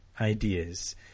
ideas